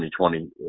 2020